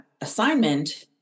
assignment